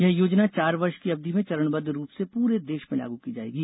यह योजना चार वर्ष की अवधि में चरणबद्ध रूप से पूरे देश में लागू की जाएगी